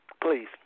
Please